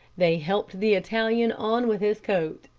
they helped the italian on with his coat,